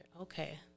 okay